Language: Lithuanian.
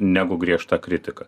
negu griežta kritika